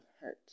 hurt